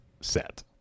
set